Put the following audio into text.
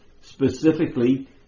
specifically